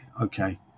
okay